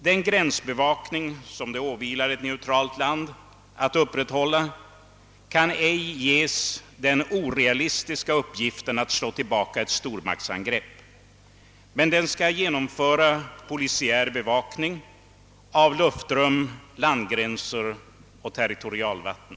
Den gränsbevakning, som det åvilar ett neutralt land att upprätthålla, kan ej ges den orealistiska uppgiften att slå tillbaka ett stormaktsangrepp, men den skall genomföra polisiär bevakning av luftrum, landgränser och territorialvatten.